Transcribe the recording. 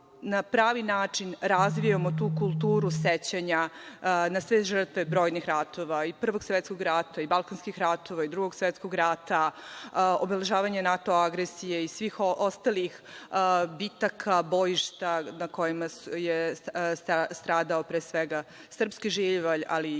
na pravi način razvijamo tu kulturu sećanja na sve žrtve brojnih ratova i Prvog svetskog rata i Balkanskih ratova i Drugog svetskog rata, obeležavanje NATO agresije i svih ostalih bitaka, bojišta na kojima je stradao pre svega srpski živalj, ali i